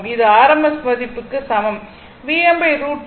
இது rms மதிப்புக்கு சமம் Vm √ 2